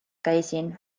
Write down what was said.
käisin